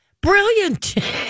brilliant